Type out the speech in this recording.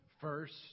first